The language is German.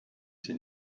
sie